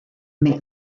may